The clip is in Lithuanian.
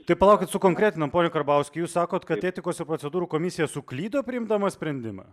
tai palaukit sukonkretinam pone karbauski jūs sakot kad etikos ir procedūrų komisija suklydo priimdama sprendimą